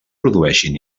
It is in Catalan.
produeixin